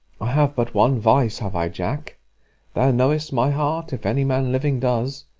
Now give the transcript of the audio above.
i have but one vice have i, jack thou knowest my heart, if any man living does.